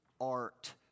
art